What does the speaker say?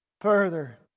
further